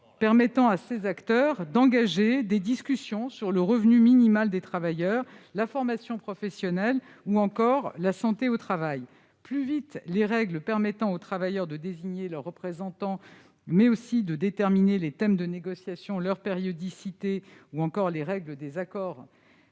permettant à ces acteurs d'engager des discussions sur le revenu minimal des travailleurs, la formation professionnelle ou la santé au travail. Plus vite seront fixées les règles permettant aux travailleurs de désigner leurs représentants, mais aussi de déterminer les thèmes de négociation, leur périodicité ou encore les règles de validité